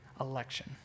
election